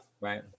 Right